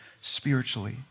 spiritually